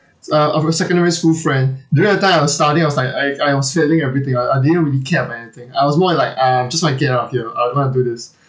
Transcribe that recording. s~ uh of a secondary school friend during that time I was studying I was like I I was failing everything I I didn't really care about anything I was more like uh I just want to get out of here I will not do this